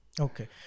Okay